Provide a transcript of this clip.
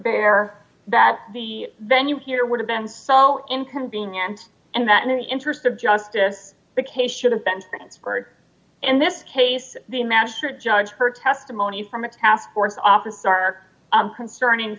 bear that the venue here would have been so inconvenient and that in the interest of justice the case should have been transferred in this case the magistrate judge her testimony from a task force officer concerning